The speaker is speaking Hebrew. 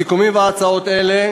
סיכומים והצעות אלה,